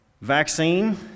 Vaccine